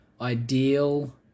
ideal